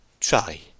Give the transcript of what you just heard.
try